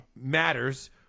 matters